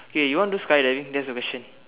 okay you want to do sky diving that's the question